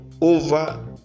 over